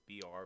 br